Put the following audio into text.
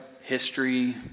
history